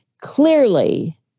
clearly